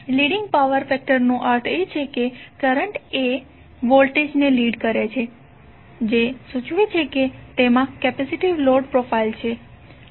leading power ફેક્ટરનો અર્થ એ છે કે કરંટએ વોલ્ટેજ ને લીડ કરે છે જે સૂચવે છે કે તેમાં કેપેસિટીવ લોડ પ્રોફાઇલ છે